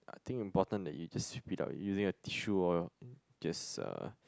I think important that you just spit out using a tissue or just uh